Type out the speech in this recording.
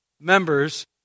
members